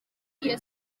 iyo